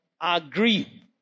Agree